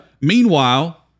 Meanwhile